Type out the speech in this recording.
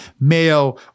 Mayo